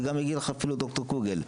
וגם הגיע אליך אפילו ד"ר קוגל,